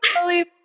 believe